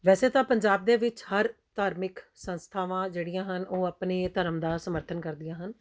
ਵੈਸੇ ਤਾਂ ਪੰਜਾਬ ਦੇ ਵਿੱਚ ਹਰ ਧਾਰਮਿਕ ਸੰਸਥਾਵਾਂ ਜਿਹੜੀਆਂ ਹਨ ਉਹ ਆਪਣੇ ਧਰਮ ਦਾ ਸਮਰਥਨ ਕਰਦੀਆਂ ਹਨ